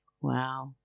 Wow